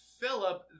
Philip